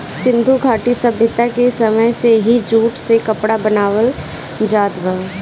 सिंधु घाटी सभ्यता के समय से ही जूट से कपड़ा बनावल जात बा